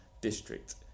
district